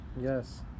yes